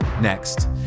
next